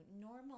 normal